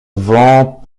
vents